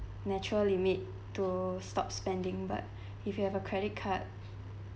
natural limit to stop spending but if you have a credit card